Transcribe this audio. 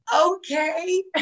okay